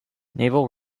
naval